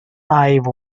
eye